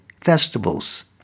festivals